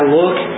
look